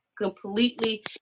completely